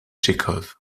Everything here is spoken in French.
tchekhov